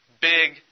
big